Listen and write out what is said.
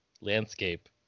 landscape